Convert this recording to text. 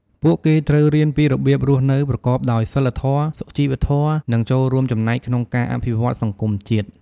ពួកគេត្រូវរៀនពីរបៀបរស់នៅប្រកបដោយសីលធម៌ សុជីវធម៌ និងចូលរួមចំណែកក្នុងការអភិវឌ្ឍន៍សង្គមជាតិ។